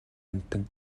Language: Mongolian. амьтан